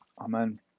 Amen